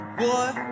boy